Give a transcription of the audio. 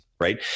right